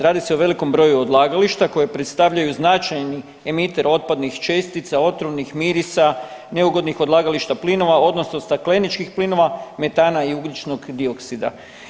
Radi se o velikom broju odlagališta koja predstavljaju značajni emiter otpadnih čestica, otrovnih mirisa, neugodnih odlagališta plinova, odnosno stakleničkih plinova metana i ugljičnog dioksida.